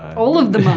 all of the